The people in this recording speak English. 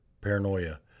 paranoia